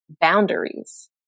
boundaries